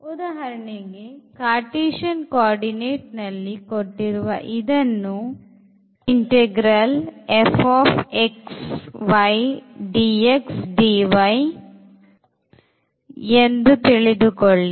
ಉದಾಹರಣೆಗೆ cartesian coordinateನಲ್ಲಿ ಕೊಟ್ಟಿರುವ ಇದನ್ನು ತಿಳಿದುಕೊಳ್ಳಿ